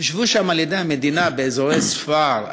יושבו שם על-ידי המדינה באזורי ספר,